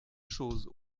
choses